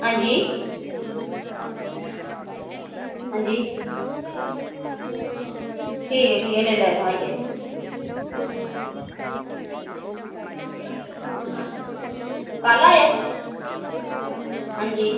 हां जी हां जी ठीक ऐ ठीक ऐ लेई लैयो इत्थां दा आईयै कल आयो हां जी